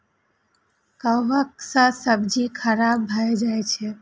कवक सं सब्जी खराब भए जाइ छै